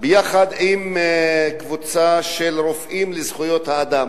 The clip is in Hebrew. ביחד עם קבוצה של "רופאים לזכויות אדם",